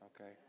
Okay